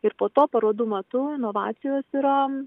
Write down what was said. ir po to parodų metu inovacijos yra